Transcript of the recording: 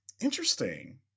Interesting